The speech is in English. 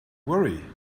worry